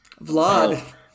Vlad